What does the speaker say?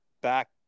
back